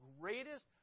greatest